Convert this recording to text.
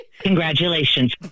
Congratulations